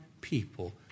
people